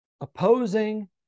opposing